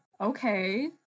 okay